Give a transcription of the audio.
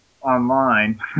online